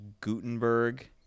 Gutenberg